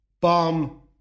bomb